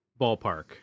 ballpark